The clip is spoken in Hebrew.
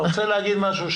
אתה רוצה להגיד משהו?